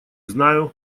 знаю